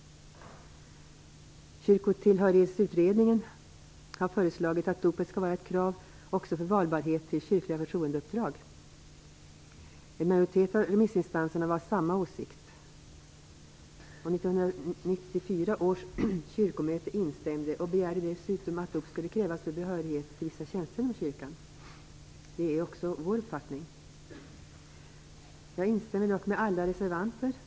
Kyrkotillhörighetsutredningen har föreslagit att dopet skall vara ett krav också för valbarhet till kyrkliga förtroendeuppdrag. En majoritet av remissinstanserna var av samma åsikt. 1994 års kyrkomöte instämde i detta och begärde dessutom att dop skulle krävas för behörighet till vissa tjänster inom kyrkan. Det är också kds uppfattning. Jag instämmer dock med alla reservanter.